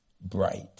bright